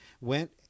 Went